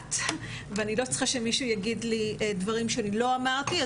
ואני לא צריכה שמישהו יגיד לי דברים שאני לא אמרתי.